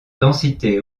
densité